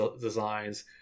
designs